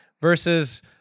versus